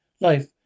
Life